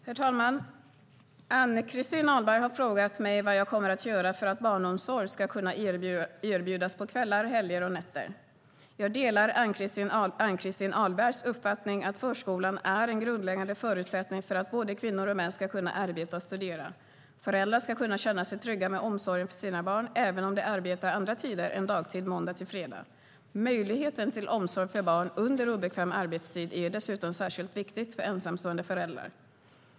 Herr talman! Ann-Christin Ahlberg har frågat mig vad jag kommer att göra för att barnomsorg ska kunna erbjudas på kvällar, helger och nätter. Jag delar Ann-Christin Ahlbergs uppfattning att förskolan är en grundläggande förutsättning för att både kvinnor och män ska kunna arbeta och studera. Föräldrar ska kunna känna sig trygga med omsorgen för sina barn, även om de arbetar andra tider än dagtid måndag till fredag. Möjligheten till omsorg för barn under obekväm arbetstid är dessutom särskilt viktigt för ensamstående föräldrar.